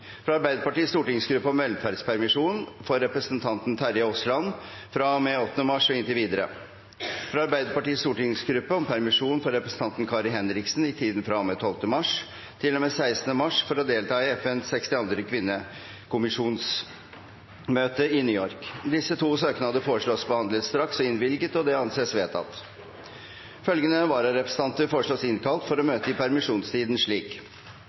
fra Arbeiderpartiets stortingsgruppe om velferdspermisjon for representanten Terje Aasland fra og med 8. mars og inntil videre fra Arbeiderpartiets stortingsgruppe om permisjon for representanten Kari Henriksen i tiden fra og med 12. mars til og med 16. mars for å delta i FNs 62. kvinnekommisjonsmøte i New York. Etter forslag fra presidenten ble enstemmig besluttet: Søknadene behandles straks og innvilges. Følgende vararepresentanter innkalles for å møte i permisjonstiden slik: